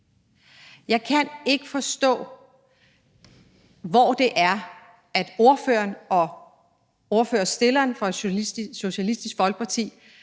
Jeg kan ikke forstå, hvor ordføreren og forslagsstilleren fra Socialistisk Folkeparti